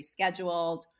rescheduled